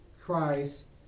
Christ